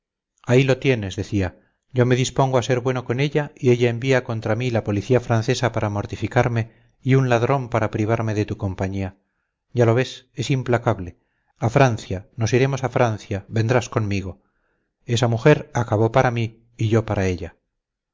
ahí lo tienes decía yo me dispongo a ser bueno con ella y ella envía contra mí la policía francesa para mortificarme y un ladrón para privarme de tu compañía ya lo ves es implacable a francia nos iremos a francia vendrás conmigo esa mujer acabó para mí y yo para ella